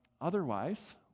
otherwise